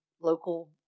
Local